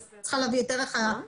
את צריכה להביא את ערך היעד,